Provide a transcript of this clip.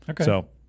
Okay